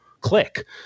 click